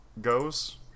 goes